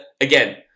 Again